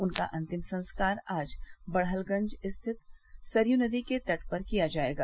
उनका अंतिम संस्कार आज बड़हलगंज स्थिति सरयू नदी के तट पर किया जायेगा